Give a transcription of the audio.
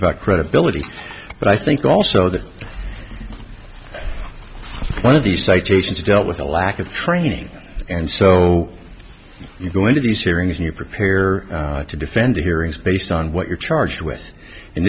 about credibility but i think also that one of these citations dealt with a lack of training and so you go into these hearings and you prepare to defend hearings based on what you're charged with in